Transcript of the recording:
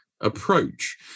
approach